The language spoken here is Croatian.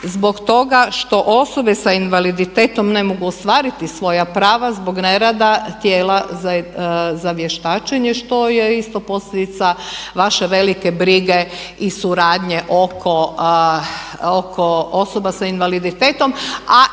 zbog toga što osobe sa invaliditetom ne mogu ostvariti svoja prav zbog nerada tijela za vještačenje što je isto posljedica vaše velike brige i suradnje oko osoba sa invaliditetom. A